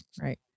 Right